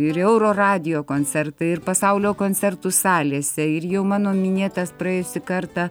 ir euroradijo koncertai ir pasaulio koncertų salėse ir jau mano minėtas praėjusį kartą